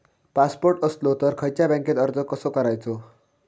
Passport असलो तर खयच्या बँकेत अर्ज कसो करायचो?